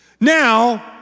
now